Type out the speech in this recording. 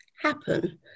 happen